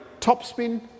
topspin